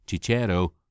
Cicero